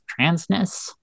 transness